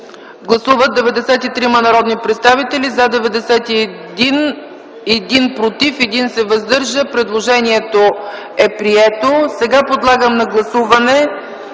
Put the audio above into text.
Гласували 93 народни представители: за 91, против 1, въздържал се 1. Предложението е прието. Сега подлагам на гласуване